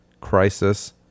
Crisis